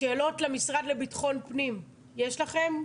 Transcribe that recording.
שאלות למשרד לביטחון פנים יש לכם?